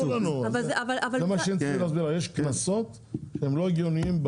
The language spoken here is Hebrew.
זה מה שניסיתי להסביר יש קנסות שהם לא הגיוניים.